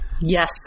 Yes